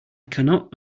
cannot